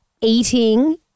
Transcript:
eating